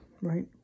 right